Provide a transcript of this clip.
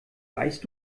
weißt